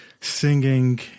singing